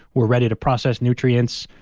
we're ready to process nutrients,